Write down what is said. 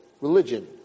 religion